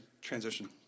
transition